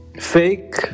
fake